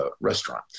restaurant